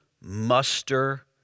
muster